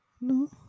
No